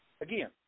again